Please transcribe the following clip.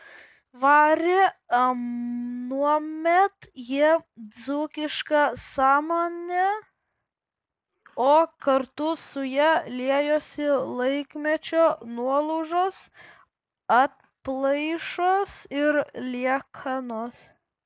varė anuomet jie dzūkišką samanę o kartu su ja liejosi laikmečio nuolaužos atplaišos ir liekanos